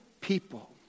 people